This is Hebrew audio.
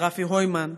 לרפי הוימן,